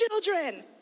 children